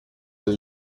del